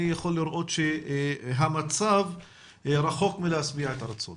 אני יכול לראות שהמצב רחוק מלהשביע רצון